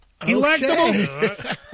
Electable